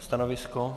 Stanovisko?